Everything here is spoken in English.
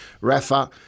Rafa